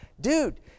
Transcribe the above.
dude